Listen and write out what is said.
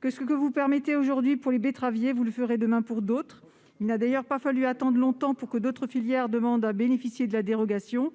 que, ce que vous permettez aujourd'hui aux betteraviers, vous le permettrez demain à d'autres. Il n'a d'ailleurs pas fallu attendre longtemps pour que d'autres filières demandent à bénéficier de la dérogation.